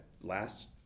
last